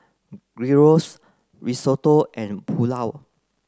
Gyros Risotto and Pulao